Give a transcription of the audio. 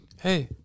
Hey